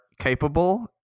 capable